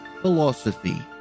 Philosophy